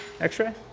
X-ray